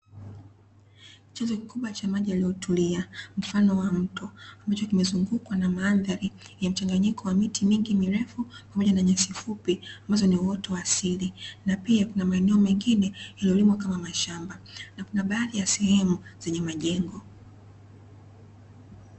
Chanzo kikubwa cha maji yaliyotulia mfano wa mto, ambao umezungukwa na mandhari yenye mchanganyiko wa miti mingi mirefu pamoja na nyasi fupi ambazo ni uoto wa asili. Na pia kuna maeneo mengine yaliyolimwa kama mashamba. Na kuna baadhi ya sehemu zenye majengo.